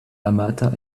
amata